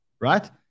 right